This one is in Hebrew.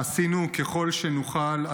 "עשינו ככל שנוכל,